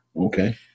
Okay